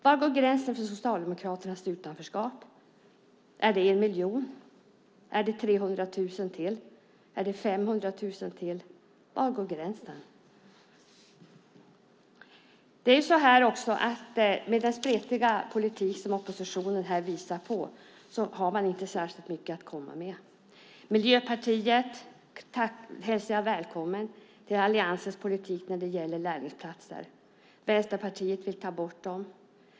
Var går gränsen för Socialdemokraternas utanförskap? Är det 1 miljon? Är det 300 000 till? Är det 500 000 till? Var går gränsen? Med den spretiga politik som oppositionen här visar på har man inte särskilt mycket att komma med. Miljöpartiet hälsar jag välkommen till alliansens politik när det gäller lärlingsplatser. Vänsterpartiet vill ta bort dem.